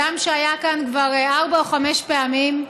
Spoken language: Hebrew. באדם שהיה כאן כבר ארבע או חמש פעמים.